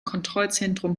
kontrollzentrum